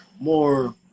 more